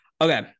okay